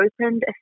opened